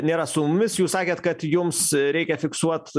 nėra su mumis jūs sakėt kad jums reikia fiksuot